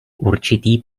určitý